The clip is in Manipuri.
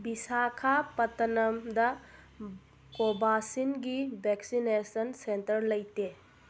ꯕꯤꯁꯥꯈꯥꯄꯠꯅꯝꯗ ꯀꯣꯕꯥꯁꯤꯟꯒꯤ ꯕꯦꯛꯁꯤꯅꯦꯁꯟ ꯁꯦꯟꯇꯔ ꯂꯩꯇꯦ